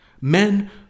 Men